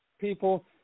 people